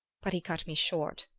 but he cut me short.